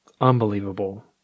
Unbelievable